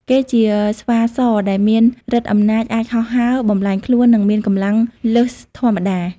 គេជាស្វាសដែលមានឫទ្ធិអំណាចអាចហោះហើរ បំប្លែងខ្លួន និងមានកម្លាំងលើសធម្មតា ។